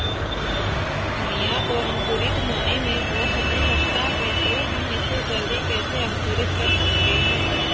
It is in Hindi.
धनिया को अंकुरित होने में बहुत समय लगता है तो हम इसे जल्दी कैसे अंकुरित कर सकते हैं?